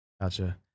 gotcha